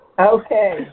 Okay